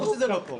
ברור שזה לא לפה.